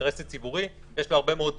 האינטרס הציבורי יש לו הרבה מאוד פנים,